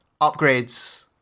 upgrades